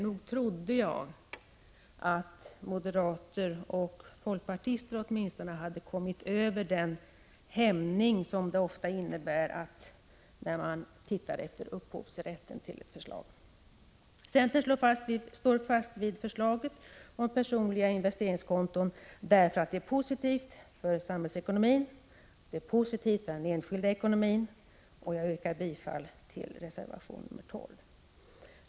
Nog trodde jag att åtminstone moderater och folkpartister hade kommit över den hämning som ofta uppstår när man ser på vem som har upphovsrätten till ett förslag. Centern står fast vid förslaget om personliga investeringskonton därför att ett sådant system är positivt för samhällsekonomin och positivt för den enskilda ekonomin. Jag yrkar därför bifall till reservation nr 12.